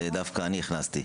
זה דווקא אני הכנסתי,